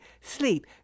sleep